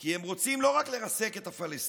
כי הם רוצים לא רק לרסק את הפלסטינים,